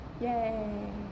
Yay